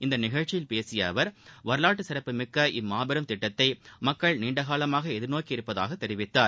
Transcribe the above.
இந்நிகழ்ச்சியில் பேசிய அவர் வரலாற்று சிறப்பு மிக்க இம்மாபெரும் திட்டத்தை மக்கள் நீண்ட காலமாக எதிர்நோக்கி இருப்பதாக தெரிவித்தார்